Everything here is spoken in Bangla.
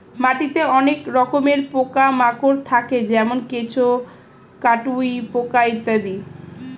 মাটিতে অনেক রকমের পোকা মাকড় থাকে যেমন কেঁচো, কাটুই পোকা ইত্যাদি